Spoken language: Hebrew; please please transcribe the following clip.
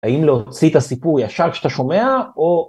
האם להוציא את הסיפור ישר כשאתה שומע או...